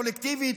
קולקטיבית,